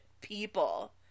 people